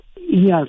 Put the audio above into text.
yes